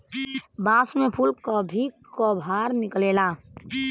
बांस में फुल कभी कभार निकलेला